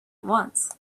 once